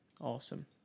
Awesome